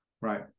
Right